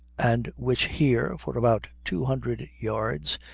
and which here, for about two hundred yards,